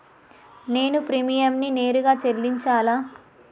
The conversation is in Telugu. నేను ప్రీమియంని నేరుగా చెల్లించాలా?